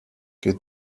que